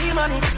money